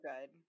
good